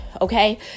okay